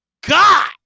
god